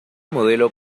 modelo